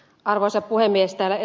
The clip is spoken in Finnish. täällä ed